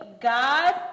God